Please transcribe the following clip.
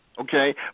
okay